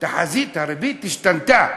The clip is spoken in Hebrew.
תחזית הריבית השתנתה.